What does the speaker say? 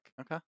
Okay